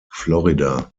florida